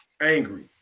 angry